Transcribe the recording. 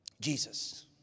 Jesus